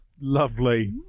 Lovely